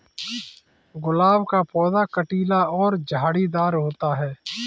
गुलाब का पौधा कटीला और झाड़ीदार होता है